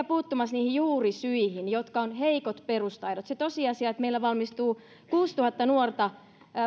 puuttumassa niihin juurisyihin jotka ovat heikot perustaidot se tosiasia että meillä valmistuu kuusituhatta nuorta